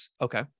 Okay